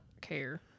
care